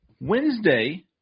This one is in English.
Wednesday